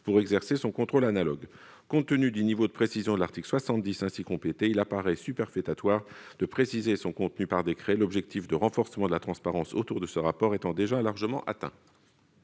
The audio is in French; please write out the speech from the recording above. pour exercer son contrôle analogue. Compte tenu du niveau de précision de l'article 70 ainsi complété, il apparaît superfétatoire de préciser son contenu par décret, l'objectif de renforcement de la transparence autour de ce rapport étant déjà largement atteint.